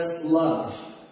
love